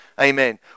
Amen